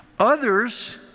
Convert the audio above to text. Others